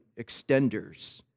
extenders